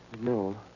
No